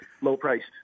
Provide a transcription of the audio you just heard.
low-priced